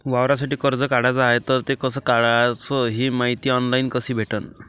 वावरासाठी कर्ज काढाचं हाय तर ते कस कराच ही मायती ऑनलाईन कसी भेटन?